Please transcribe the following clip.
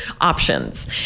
options